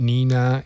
Nina